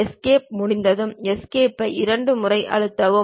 escape முடிந்ததும் எஸ்கேப்பை இரண்டு முறை அழுத்தவும்